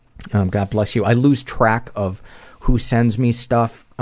god bless you. i lose track of who sends me stuff